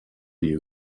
you